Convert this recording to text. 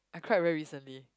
I cried very recently